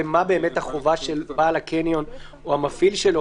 מה החובה של בעל הקניון או המפעיל שלו.